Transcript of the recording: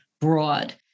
broad